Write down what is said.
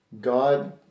god